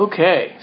Okay